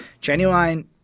Genuine